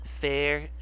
fair